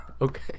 Okay